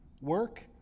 Work